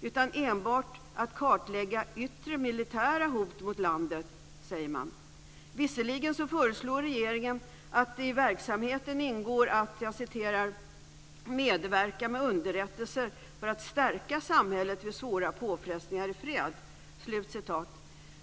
Man talar enbart om att kartlägga "yttre militära hot mot landet". Visserligen föreslår regeringen att det i verksamheten ingår att "medverka med underrättelser för att stärka samhället vid svåra påfrestningar i fred".